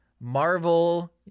Marvel